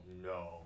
no